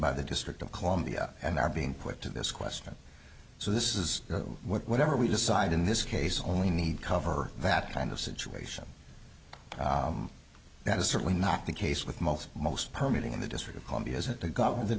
by the district of columbia and are being put to this question so this is whatever we decide in this case only need cover that kind of situation that is certainly not the case with most most permuting in the district of columbia isn't the government th